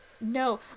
no